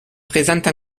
présente